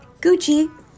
Gucci